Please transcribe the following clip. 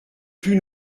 plus